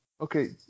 Okay